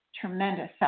tremendous